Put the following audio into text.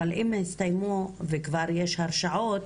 אם הם הסתיימו וכבר יש הרשעות